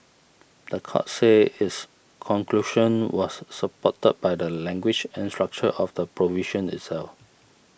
the court said its conclusion was supported by the language and structure of the provision itself